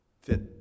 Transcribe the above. Fit